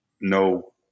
no